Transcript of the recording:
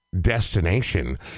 destination